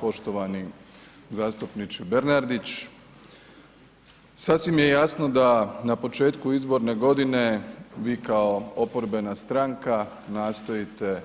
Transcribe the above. Poštovani zastupniče Bernardić sasvim je jasno da na početku izborne godine vi kao oporbena stranka nastojite